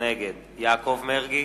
נגד יעקב מרגי,